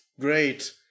great